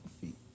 feet